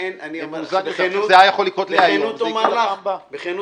אומר לך בכנות